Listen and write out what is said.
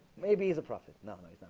maybe the prophet no